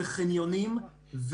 חניונים,